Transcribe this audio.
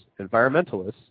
environmentalists